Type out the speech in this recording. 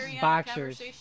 Boxers